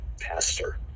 pastor